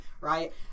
right